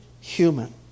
human